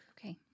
Okay